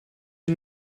you